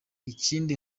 ikindi